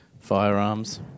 firearms